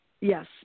Yes